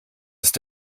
ist